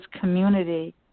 community